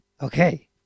Okay